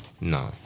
No